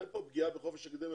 אין פה פגיעה בחופש האקדמי,